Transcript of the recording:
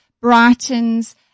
brightens